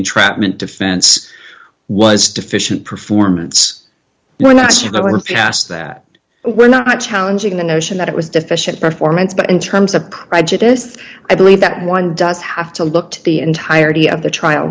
entrapment defense was deficient performance not sure going fast that we're not challenging the notion that it was deficient performance but in terms of prejudice i believe that one does have to look to the entirety of the trial